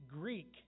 Greek